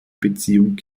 beziehung